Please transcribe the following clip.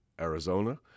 Arizona